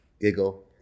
giggle